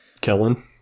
Kellen